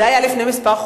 זה היה לפני כמה חודשים.